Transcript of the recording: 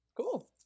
cool